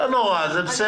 לא נורא, זה בסדר.